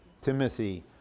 Timothy